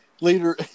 later